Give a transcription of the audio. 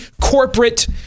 corporate